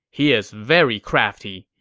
he is very crafty.